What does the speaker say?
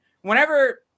Whenever